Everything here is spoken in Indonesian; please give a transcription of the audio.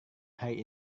hari